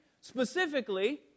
Specifically